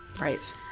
right